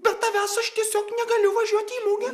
be tavęs aš tiesiog negaliu važiuot į mugę